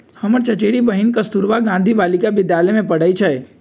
हमर चचेरी बहिन कस्तूरबा गांधी बालिका विद्यालय में पढ़इ छइ